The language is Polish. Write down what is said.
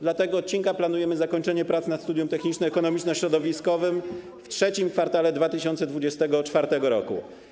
Dla tego odcinka planujemy zakończenie prac nad studium techniczno-ekonomiczno-środowiskowym w III kwartale 2024 r.